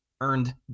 earned